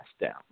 down